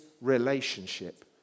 relationship